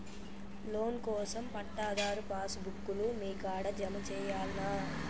Loan కోసం పట్టాదారు passbook లు మీ కాడా జమ చేయల్నా?